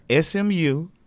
SMU